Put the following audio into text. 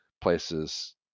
places